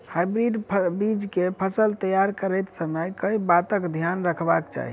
Hybrid बीज केँ फसल तैयार करैत समय कऽ बातक ध्यान रखबाक चाहि?